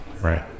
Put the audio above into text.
right